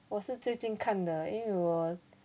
我是最近看的因为我